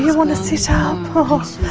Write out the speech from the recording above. want to sit ah up. oh,